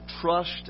trust